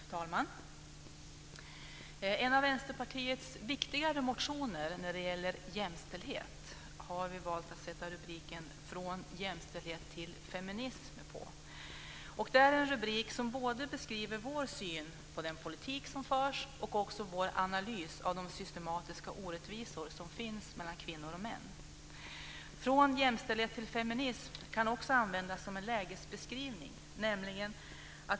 Fru talman! En av Vänsterpartiets viktigare motioner när det gäller jämställdhet har vi valt att ge rubriken Från jämställdhet till feminism. Det är en rubrik som både beskriver vår syn på den politik som förs och vår analys av de systematiska orättvisor som finns mellan kvinnor och män. Från jämställdhet till feminism kan också användas som en lägesbeskrivning.